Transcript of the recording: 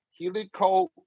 Helico